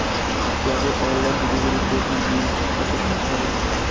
क्या मैं online delivery के भी बिल चुकता कर सकता हूँ?